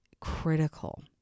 critical